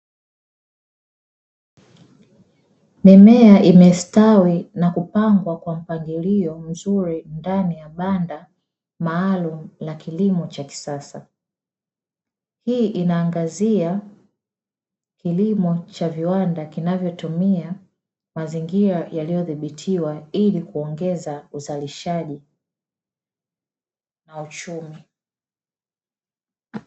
Mimea imestawi na kupangwa kwa mpangilio mzuri ndani ya banda maalumu la kilimo cha kisasa, hii ina angazia kilimo cha viwanda kinavyotumia mazingira yaliyodhibitiwa ili kuongeza uzalishaji na uchumi.